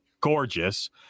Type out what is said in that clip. gorgeous